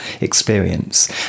experience